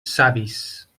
savis